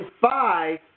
five